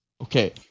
Okay